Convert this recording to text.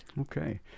Okay